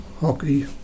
hockey